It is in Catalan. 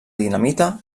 dinamita